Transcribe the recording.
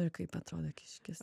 ir kaip atrodo kiškis